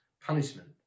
punishment